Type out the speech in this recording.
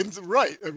right